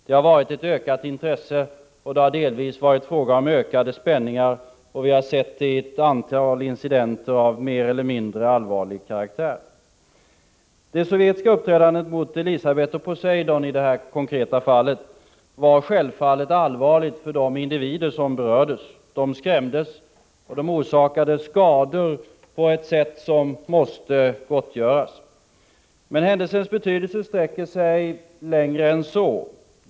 Man har kunnat märka ett ökat intresse, och spänningarna har ökat. Det framgår av ett antal incidenter av mer eller mindre allvarlig karaktär. Det sovjetiska uppträdandet gentemot fartygen Elisabeth och Poseidon i nämnda konkreta fall uppfattades självfallet som allvarligt menat av de individer som berördes. De skrämdes och de orsakades skador i en sådan omfattning att de måste gottgöras. Men händelsens betydelse sträcker sig längre än så.